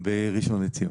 ראשון-לציון.